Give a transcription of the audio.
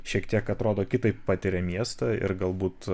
šiek tiek atrodo kitaip patiria miestą ir galbūt